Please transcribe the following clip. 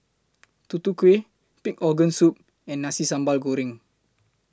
Tutu Kueh Pig Organ Soup and Nasi Sambal Goreng